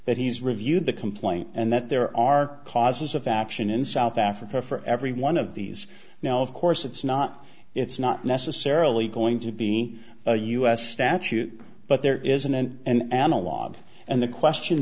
that he's reviewed the complaint and that there are causes of action in south africa for every one of these now of course it's not it's not necessarily going to be a u s statute but there is an end and analog and the question